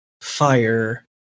fire